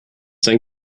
sein